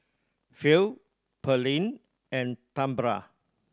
Phil Pearlene and Tambra